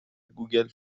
گوگل